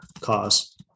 cause